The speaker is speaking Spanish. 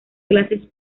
clases